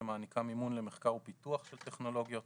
שמעניקה מימון למחקר ופיתוח של טכנולוגיות.